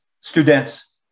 students